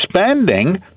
spending